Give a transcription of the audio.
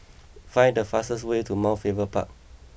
find the fastest way to Mount Faber Park